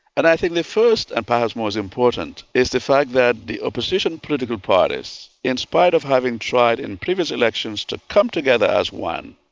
and i think the first and perhaps most important important is the fact that the opposition political parties, in spite of having tried in previous elections to come together as one,